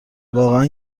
واقعا